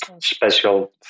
special